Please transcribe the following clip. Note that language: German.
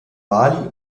mali